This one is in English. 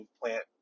plant